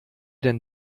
denn